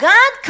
God